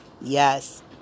Yes